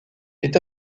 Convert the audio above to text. est